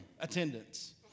attendance